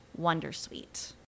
Wondersuite